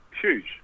Huge